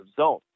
zone